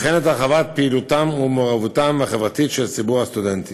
וכן את הרחבת פעילותם ומעורבותם החברתית של ציבור הסטודנטים.